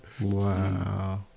Wow